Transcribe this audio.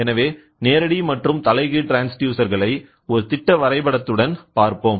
எனவே நேரடி மற்றும் தலைகீழ் ட்ரான்ஸ்டியூசர் களை ஒரு திட்ட வரைபடத்துடன் பார்ப்போம்